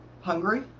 Hungry